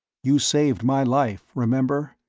you saved my life, remember?